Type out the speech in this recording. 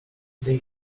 they